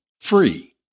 free